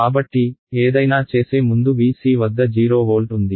కాబట్టి ఏదైనా చేసే ముందు Vc వద్ద 0 వోల్ట్ ఉంది